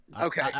Okay